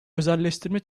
özelleştirme